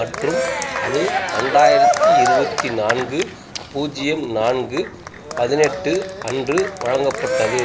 மற்றும் அது ரெண்டாயிரத்தி இருபத்தி நான்கு பூஜ்ஜியம் நான்கு பதினெட்டு அன்று வழங்கப்பட்டது